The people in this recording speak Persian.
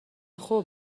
خوب